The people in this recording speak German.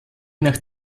nach